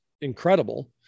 Incredible